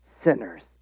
sinners